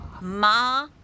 Ma